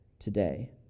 today